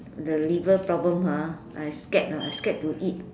the liver problem ha I scared ah I scared to eat